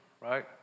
right